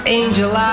angel